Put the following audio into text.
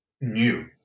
new